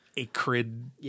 acrid